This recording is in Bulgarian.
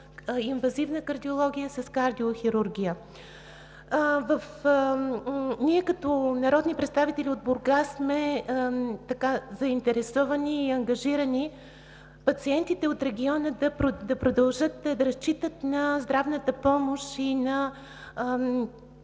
инвазивна кардиология с кардиохирургия. Ние като народни представители от Бургас сме заинтересовани и ангажирани пациентите от региона да продължат да разчитат на здравната помощ и на